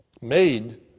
made